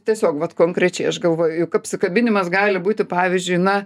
tiesiog vat konkrečiai aš galvoju juk apsikabinimas gali būti pavyzdžiui na